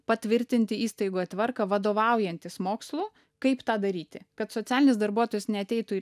patvirtinti įstaigoje tvarką vadovaujantis mokslu kaip tą daryti kad socialinis darbuotojas neateitų ir